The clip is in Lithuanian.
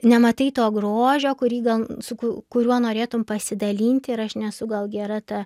nematai to grožio kurį gal su ku kuriuo norėtum pasidalinti ir aš nesu gal gera ta